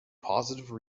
positive